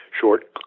short